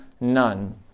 none